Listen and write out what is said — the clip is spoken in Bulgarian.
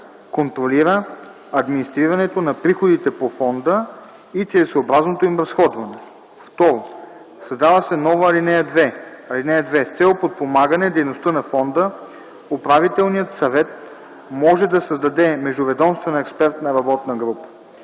контролира администрирането на приходите по фонда и целесъобразното им разходване.” 2. Създава се нова ал. 2: „(2) С цел подпомагане дейността на фонда управителният съвет може да създаде междуведомствена експертна работна група.